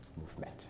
movement